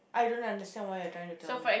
I don't understand why you are trying to tell me